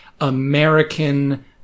american